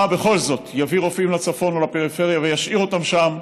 מה בכל זאת יביא רופאים לצפון ולפריפריה וישאיר אותם שם.